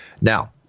Now